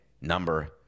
number